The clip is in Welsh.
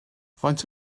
faint